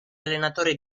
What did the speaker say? allenatore